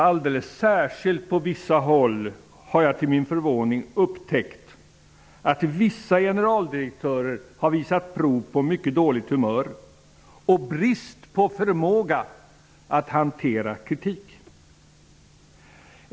Alldeles särskilt på vissa håll har jag till min förvåning upptäckt att vissa generaldirektörer har visat prov på mycket dåligt humör och brist på förmåga att hantera kritik.